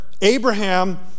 Abraham